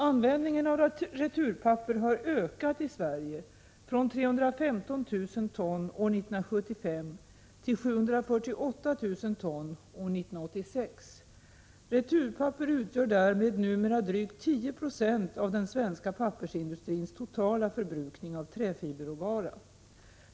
Användningen av returpapper har ökat i Sverige från 315 000 ton år 1975 till 748 000 ton år 1986. Returpapper utgör därmed numera drygt 10 90 av den svenska pappersindustrins totala förbrukning av träfiberråvara.